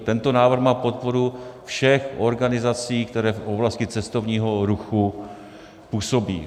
Tento návrh má podporu všech organizací, které v oblasti cestovního ruchu působí.